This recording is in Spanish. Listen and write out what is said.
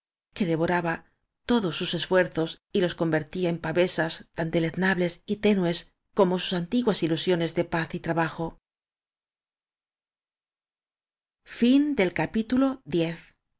que devoraba todos sus esfuerzos y los convertía en pavesas tan deleznables y ténues como sus antiguas ilusiones de paz y trabajo